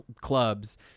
clubs